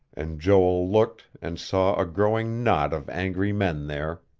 and joel looked and saw a growing knot of angry men there.